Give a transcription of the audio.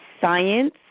science